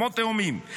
כמו תאומים,